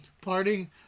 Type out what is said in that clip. parting